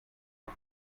auf